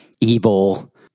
evil